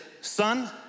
son